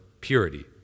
purity